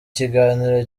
kiganiro